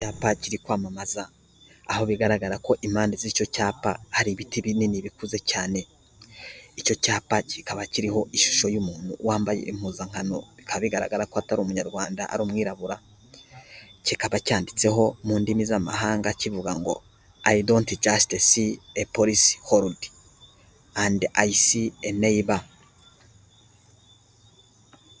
Icyapa kiri kwamamaza, aho bigaragara ko impande z'icyo cyapa hari ibiti binini bikuze cyane, icyo cyapa kikaba kiriho ishusho y'umuntu wambaye impuzankano bikaba bigaragara ko atari umunyarwanda ari umwirabura, kikaba cyanditseho mu ndimi z'amahanga kivuga ngo: " I don't just see a policyholder, I see a neighber."